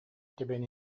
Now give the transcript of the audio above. тэбэн